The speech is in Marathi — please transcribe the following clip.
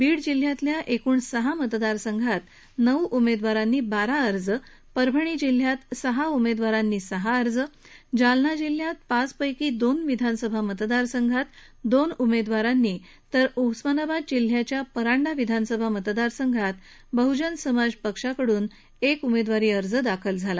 बीड जिल्ह्यातल्या एकृण सहा मतदारसंघात नऊ उमेदवारांनी बारा अर्ज परभणी जिल्ह्यात सहा उमेदवारांनी सहा अर्ज जालना जिल्ह्यातल्या पाच पैकी दोन विधानसभा मतदारसंघातून दोन उमेवारांनी तर उस्मानाबाद जिल्ह्याच्या परांडा विधानसभा मतदारसंघातून बहजन समाज पक्षाकडून एक उमेदवारी अर्ज दाखल झाला